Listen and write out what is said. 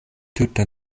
tute